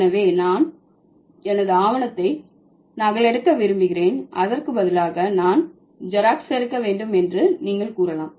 எனவே நான் எனது ஆவணத்தை நகலெடுக்க விரும்புகிறேன் அதற்கு பதிலாக நான் ஜெராக்ஸ் எடுக்க வேண்டும் என்று நீங்கள் கூறலாம்